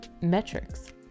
metrics